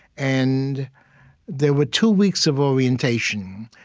and there were two weeks of orientation.